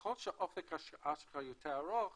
ככל שאופק ההשקעה שלך יותר ארוך